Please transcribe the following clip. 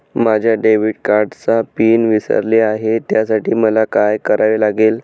माझ्या डेबिट कार्डचा पिन विसरले आहे त्यासाठी मला काय करावे लागेल?